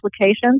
applications